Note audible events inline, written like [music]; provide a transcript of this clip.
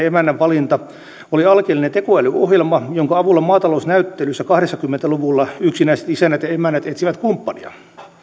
[unintelligible] emännän valinta oli alkeellinen tekoälyohjelma jonka avulla maatalousnäyttelyissä kahdeksankymmentä luvulla yksinäiset isännät ja emännät etsivät kumppania